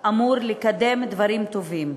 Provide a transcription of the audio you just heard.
שאמור לקדם דברים טובים.